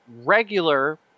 regular